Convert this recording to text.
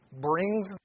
brings